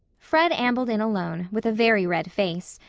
fred ambled in alone, with a very red face,